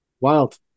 wild